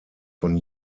von